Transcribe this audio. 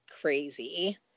crazy